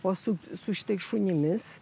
o su su šitais šunimis